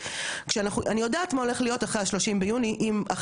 אם אכן לא תמשיך תקופת ההתארגנות למי שהגישו,